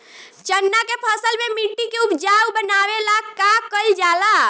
चन्ना के फसल में मिट्टी के उपजाऊ बनावे ला का कइल जाला?